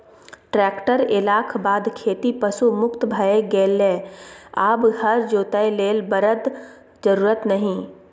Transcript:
tractor एलाक बाद खेती पशु मुक्त भए गेलै आब हर जोतय लेल बरद जरुरत नहि